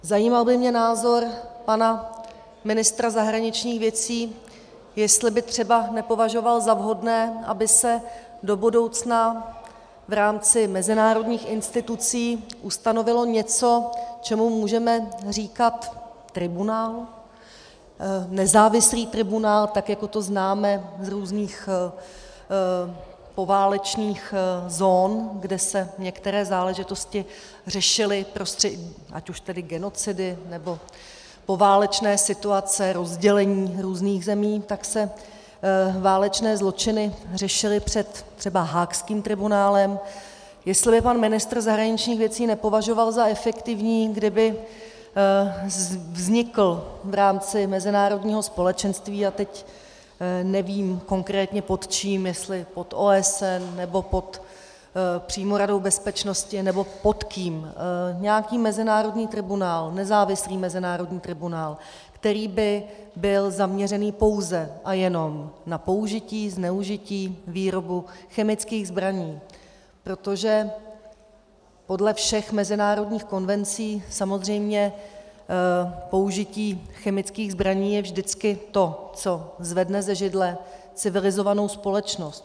Zajímal by mě názor pana ministra zahraničních věcí, jestli by třeba nepovažoval za vhodné, aby se do budoucna v rámci mezinárodních institucí ustanovilo něco, čemu můžeme říkat tribunál, nezávislý tribunál, tak jako to známe z různých poválečných zón, kde se některé záležitosti řešily, ať už tedy genocidy, nebo poválečné situace, rozdělení různých zemí, tak se válečné zločiny řešily před třeba Haagským tribunálem, jestli by pan ministr zahraničních věcí nepovažoval za efektivní, kdyby vznikl v rámci mezinárodního společenství, a teď nevím konkrétně pod čím, jestli pod OSN, nebo přímo pod Radou bezpečnosti nebo pod kým, nějaký nezávislý mezinárodní tribunál, který by byl zaměřen pouze a jenom na použití, zneužití, výrobu chemických zbraní, protože podle všech mezinárodních konvencí samozřejmě použití chemických zbraní je vždycky to, co zvedne ze židle civilizovanou společnost.